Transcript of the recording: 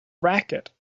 racket